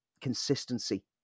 consistency